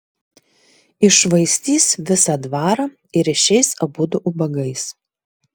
iššvaistys visą dvarą ir išeis abudu ubagais